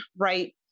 right